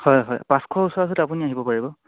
হয় হয় পাঁচশ ওচৰা ওচৰিত আপুনি আহিব পাৰিব